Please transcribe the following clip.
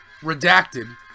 Redacted